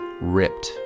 ripped